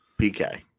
PK